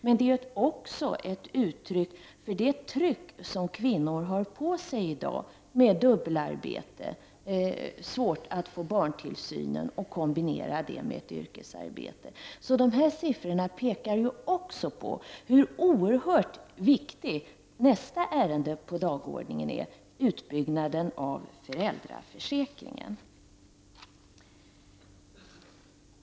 Men de kan också sägas ge uttryck för det tryck som kvinnor utsätts för i dag; de dubbelarbetar, har svårigheter att få barntillsyn och att kombinera barn och yrkesarbete. Dessa siffror visar därför hur oerhört viktigt nästa ärende på dagordningen är, nämligen utbyggnaden av föräldraförsäkringen.